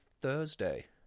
Thursday